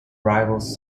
rivals